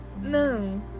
No